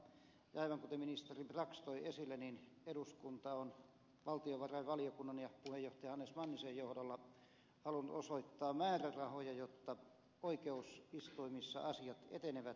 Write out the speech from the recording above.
ja aivan kuten ministeri brax toi esille eduskunta on valtiovarainvaliokunnan ja puheenjohtaja hannes mannisen johdolla halunnut osoittaa määrärahoja jotta oikeusistuimissa asiat etenevät nopeasti